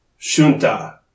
Shunta